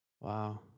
Wow